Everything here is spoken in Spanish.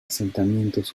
asentamientos